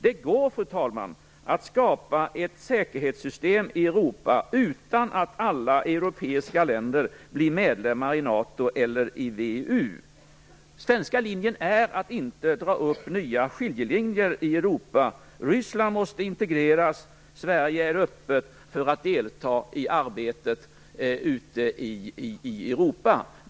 Det går, fru talman, att skapa ett säkerhetssystem i Europa utan att alla europeiska länder blir medlemmar i NATO eller i VEU. Den svenska linjen är att inte dra upp nya skiljelinjer i Europa. Ryssland måste integreras. Sverige är öppet för att delta i arbetet ute i Europa.